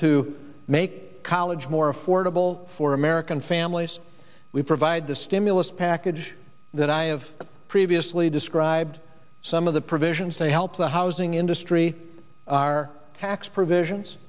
to make college more affordable for american families we provide the stimulus package that i have previously described some of the provisions they help the housing industry our tax